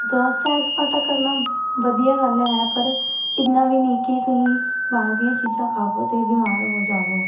ਜਾਂ ਸੈਰ ਸਪਾਟਾ ਕਰਨਾ ਵਧੀਆ ਗੱਲ ਹੈ ਪਰ ਇੰਨਾ ਵੀ ਨਹੀਂ ਕਿ ਤੁਸੀਂ ਬਾਹਰ ਦੀਆਂ ਚੀਜ਼ਾਂ ਖਾਵੋ ਅਤੇ ਬਿਮਾਰ ਹੋ ਜਾਵੋ